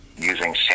using